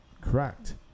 correct